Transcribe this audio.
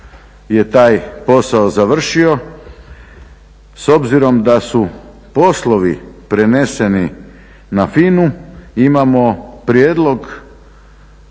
je taj posao završio. S obzirom da su poslovi preneseni na FINA-u imamo prijedlog